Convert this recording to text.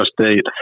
State